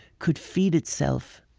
could feed itself